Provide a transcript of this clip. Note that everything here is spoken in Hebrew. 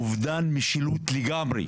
אובדן משילות מוחלט.